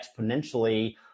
exponentially